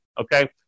okay